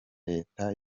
leta